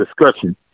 discussion